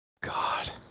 God